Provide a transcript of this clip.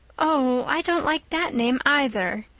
oh, i don't like that name, either.